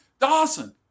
Dawson